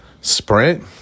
Sprint